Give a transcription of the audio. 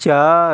چار